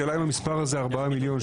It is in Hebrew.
המספר הזה 4 מיליון,